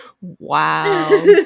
Wow